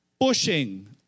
pushing